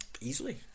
Easily